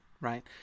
right